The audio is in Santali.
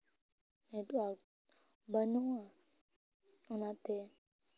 ᱱᱮᱴᱚᱣᱟᱨᱠ ᱵᱟᱹᱱᱩᱜᱼᱟ ᱚᱱᱟᱛᱮ